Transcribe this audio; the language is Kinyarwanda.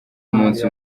umunsi